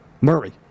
Murray